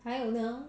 还有呢